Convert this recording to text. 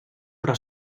però